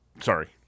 Sorry